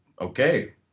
okay